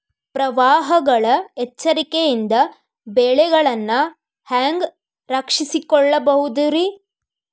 ಪ್ರವಾಹಗಳ ಎಚ್ಚರಿಕೆಯಿಂದ ಬೆಳೆಗಳನ್ನ ಹ್ಯಾಂಗ ರಕ್ಷಿಸಿಕೊಳ್ಳಬಹುದುರೇ?